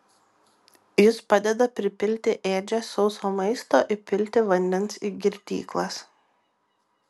jis padeda pripilti ėdžias sauso maisto įpilti vandens į girdyklas